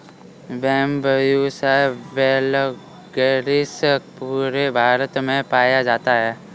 Bambusa vulgaris पूरे भारत में पाया जाता है